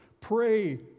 Pray